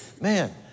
Man